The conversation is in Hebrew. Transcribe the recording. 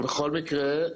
בכל מקרה,